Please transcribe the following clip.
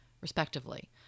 respectively